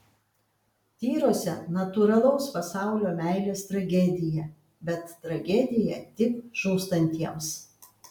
tyruose natūralaus pasaulio meilės tragedija bet tragedija tik žūstantiems